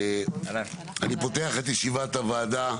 אני פותח את ישיבת הוועדה.